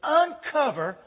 uncover